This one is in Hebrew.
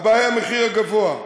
הבעיה היא המחיר הגבוה,